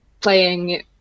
playing